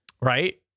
right